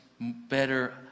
better